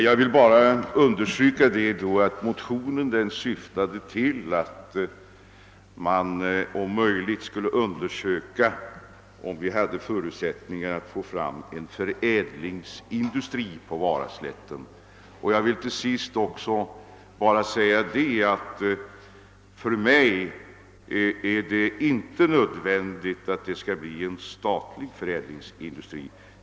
Herr talman! Jag vill understryka att motionen syftade till att man skulle undersöka om det fanns förutsättningar för att få till stånd en förädlingsindustri på Varaslätten. För mig är det — det vill jag framhålla — inte nödvändigt att det blir en statlig förädlingsindustri.